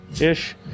ish